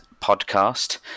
podcast